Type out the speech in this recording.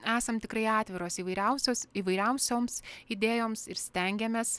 esam tikrai atviros įvairiausios įvairiausioms idėjoms ir stengiamės